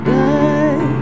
die